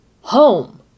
Home